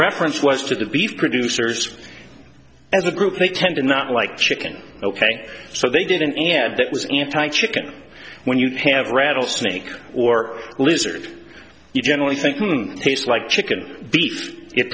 reference was to the beef producers as a group they tend to not like chicken ok so they didn't and that was anti chicken when you have rattlesnake or lizard if you generally think taste like chicken